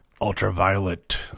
ultraviolet